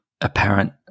apparent